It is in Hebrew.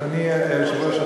אדוני היושב-ראש,